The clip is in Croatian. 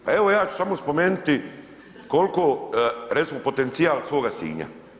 Pa evo ja ću samo spomenuti kolko, recimo potencijal svoga Sinja.